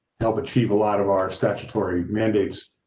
help achieve a lot of our statutory mandates.